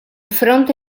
fronte